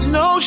no